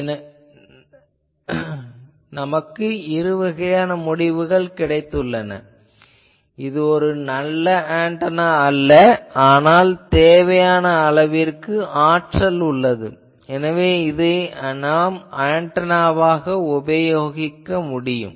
எனவே இருவகையான முடிவுகள் இது நல்ல ஆன்டெனா அல்ல ஆனால் ஆற்றல் தேவையான அளவிற்கு உள்ளது எனவே இந்த ஆன்டெனாவாக நாம் உபயோகிக்க முடியும்